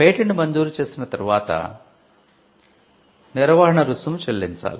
patent మంజూరు చేసిన తరువాత నిర్వహణ రుసుము చెల్లించాలి